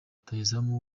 rutahizamu